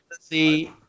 See